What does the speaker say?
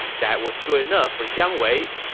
that was good enough for jiang wei.